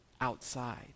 outside